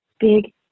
Big